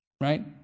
Right